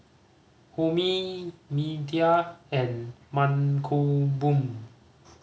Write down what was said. Homi Medha and Mankombu